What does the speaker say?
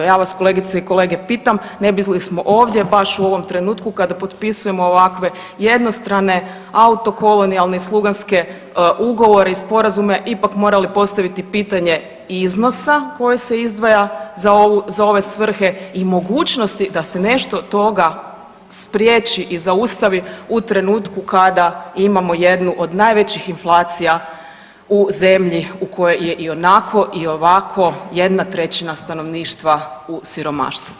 Ja vas, kolegice i kolege, pitam ne bismo li ovdje baš u ovom trenutku kada potpisujemo ovakve jednostrane autokolonijalne i sluganske ugovore i sporazume, ipak morali postaviti pitanje iznosa koji se izdvaja za ovu, za ove svrhe i mogućnosti da se nešto od toga spriječi i zaustavi u trenutku kada imamo jednu od najvećih inflacija u zemlji u kojoj je i onako i ovako 1/3 stanovništva u siromaštvu.